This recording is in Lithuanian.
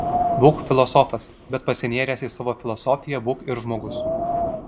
būk filosofas bet pasinėręs į savo filosofiją būk ir žmogus